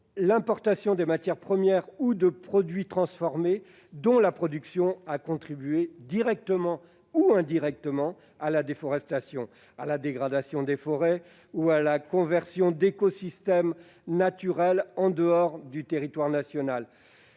l'importation de matières premières ou de produits transformés dont la production a contribué, directement ou indirectement, à la déforestation, à la dégradation des forêts, ou à la conversion d'écosystèmes naturels en dehors du territoire national.